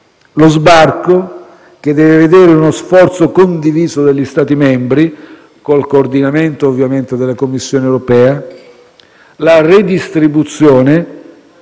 lo sbarco, che deve vedere uno sforzo condiviso degli Stati membri, col coordinamento, ovviamente, della Commissione europea. In secondo luogo,